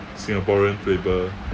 singaporean flavour